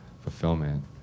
fulfillment